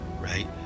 right